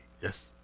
Yes